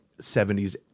70s